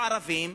הערבים,